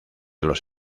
los